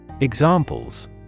Examples